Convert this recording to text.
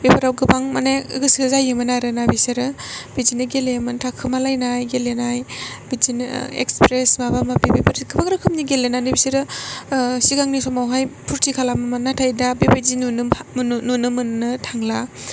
बेफोराव गोबां माने गोसो जायोमोन आरो ना बिसोरो बिदिनो गेलेयोमोन थाखुमालायनाय गेलेनाय बिदिनो एक्सप्रेस माबा माबि बेफोरबायदि गोबां रोखोमनि गेलेनानै बिसोरो सिगांनि समावहाय फुरथि खालामोमोन नाथाय दा बेफोरबायदि नुनो मोन नुनो मोननो थांला